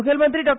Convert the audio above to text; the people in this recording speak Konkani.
मुखेलमंत्री डॉ